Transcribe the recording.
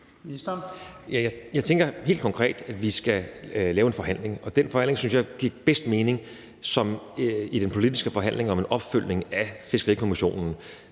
Jeg tænker helt konkret, at vi skal have en forhandling, og jeg synes, det giver bedst mening at have den forhandling i den politiske forhandling om en opfølgning af Fiskerikommissionens